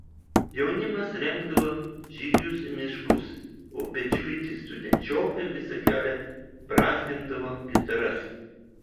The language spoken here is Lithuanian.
jaunimas rengdavo žygius į miškus o pečiuiti studenčiokai visą kelią brązgindavo gitaras